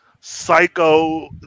psycho